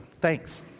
Thanks